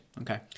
Okay